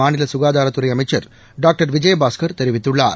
மாநில சுகாதாரத்துறை அமைச்சர் டாக்டர் விஜயபாஸ்கர் தெரிவித்துள்ளார்